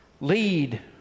Lead